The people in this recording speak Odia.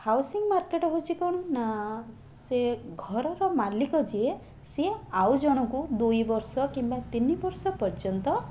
ହାଉସିଙ୍ଗ ମାର୍କେଟ ହେଉଛି କ'ଣ ନାଁ ସେ ଘରର ମାଲିକ ଯିଏ ସିଏ ଆଉ ଜଣକୁ ଦୁଇ ବର୍ଷ କିମ୍ବା ତିନି ବର୍ଷ ପର୍ଯ୍ୟନ୍ତ